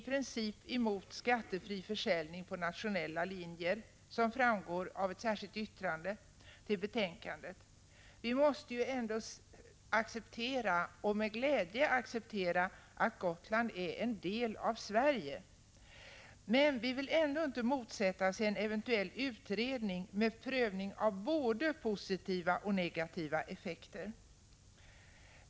Vii folkpartiet är, som framgår av ett särskilt yttrande till betänkandet, i princip emot en skattefri försäljning på nationella linjer — vi måste, med glädje, utgå från att Gotland är en del av Sverige — men vi vill inte motsätta oss en eventuell utredning med prövning av både positiva och negativa effekter.